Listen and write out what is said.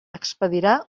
expedirà